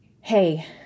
Hey